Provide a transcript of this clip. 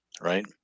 right